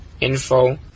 info